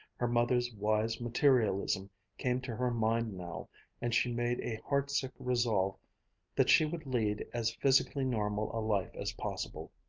her mother's wise materialism came to her mind now and she made a heartsick resolve that she would lead as physically normal a life as possible,